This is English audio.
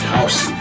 House